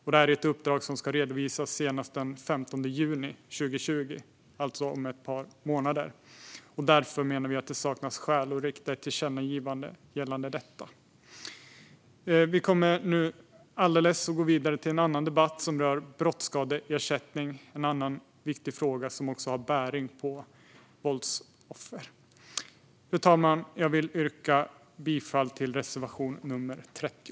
Detta är ett uppdrag som ska redovisas senast den 15 juni 2020, om ett par månader. Vi menar därför att det saknas skäl att rikta ett tillkännagivande om detta. Strax kommer vi att gå vidare till en annan debatt som rör brottsskadeersättning, en annan viktig fråga som också har bäring på våldsoffer. Fru talman! Jag vill yrka bifall till reservation nr 30.